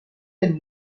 del